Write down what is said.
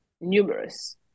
numerous